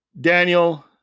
Daniel